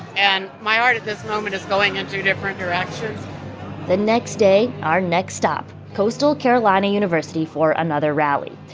and my heart, at this moment, is going in two different directions the next day, our next stop coastal carolina university for another rally.